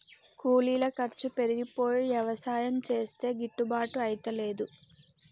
కూలీల ఖర్చు పెరిగిపోయి యవసాయం చేస్తే గిట్టుబాటు అయితలేదు